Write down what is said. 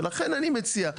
ולכן אני מציע,